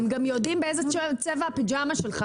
הם גם יודעים באיזה צבע הפיג'מה שלך,